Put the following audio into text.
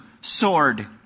sword